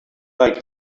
like